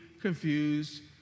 confused